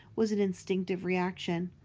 was an instinctive reaction.